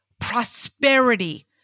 prosperity